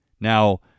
Now